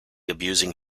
abusing